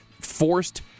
forced